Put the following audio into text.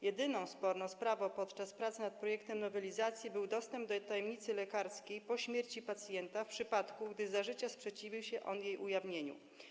Jedyną sporną sprawą podczas prac nad projektem nowelizacji był dostęp do tajemnicy lekarskiej po śmierci pacjenta w przypadku, gdy za życia sprzeciwił się on jej ujawnieniu.